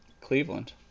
Cleveland